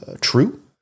true